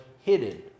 hidden